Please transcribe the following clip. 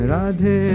Radhe